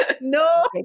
No